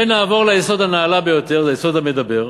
נעבור ליסוד הנעלה ביותר, היסוד המדבר,